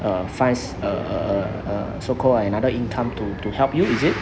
err finds uh uh uh uh so called another income to to help you is it